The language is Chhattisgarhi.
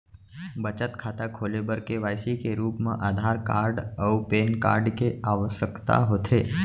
बचत खाता खोले बर के.वाइ.सी के रूप मा आधार कार्ड अऊ पैन कार्ड के आवसकता होथे